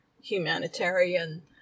humanitarian